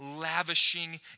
lavishing